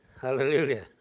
hallelujah